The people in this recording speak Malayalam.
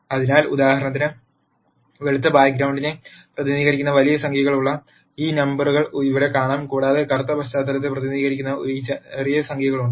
അതിനാൽ ഉദാഹരണത്തിന് വെളുത്ത ബാക്ക് ഗ്രൌണ്ടിനെ പ്രതിനിധീകരിക്കുന്ന വലിയ സംഖ്യകളുള്ള ഈ നമ്പറുകൾ ഇവിടെ കാണാം കൂടാതെ കറുത്ത പശ്ചാത്തലത്തെ പ്രതിനിധീകരിക്കുന്ന ഈ ചെറിയ സംഖ്യകളുണ്ട്